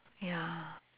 ya